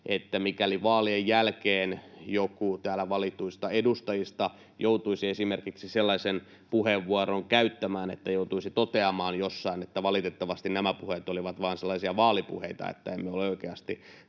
mikäli vaalien jälkeen joku täällä valituista edustajista joutuisi esimerkiksi sellaisen puheenvuoron käyttämään, että joutuisi toteamaan jossain, että valitettavasti nämä puheet olivat vaan sellaisia vaalipuheita, että emme ole oikeasti